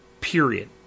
period